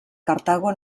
cartago